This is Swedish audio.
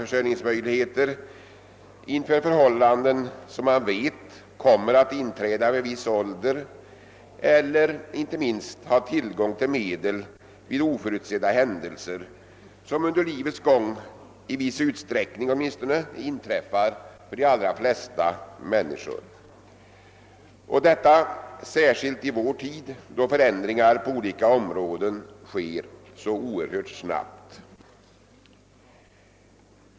Den omständigheten att under senare år den allmänna försäk: ringen successivt utbyggts och förbättrats bör enligt utskottets mening föranleda att gällande bestämmelser, vilka i sin nuvarande utformning främst gynnar försäkringstagare, för vilka behovet av försäkringsskydd är minst, och vilka erbjuder vissa möjligheter till skatteflykt, blir föremål för en översyn.